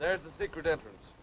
there's a secret entrance